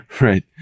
right